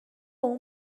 اون